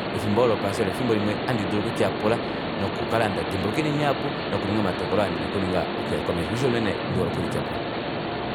Efimbo olo lopaasa olo efimbo limwe handi dulu okutyapula nokukala ndadimbuluka oinima ihapu nokuninga omatokolo oo ndina okuninga okuya komesho shoo osho unene ndihole okulityapula